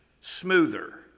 smoother